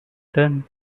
done